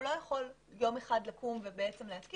הוא לא יכול יום אחד לקום ולהתקין,